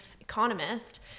Economist